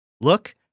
Look